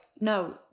no